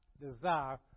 desire